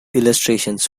illustrations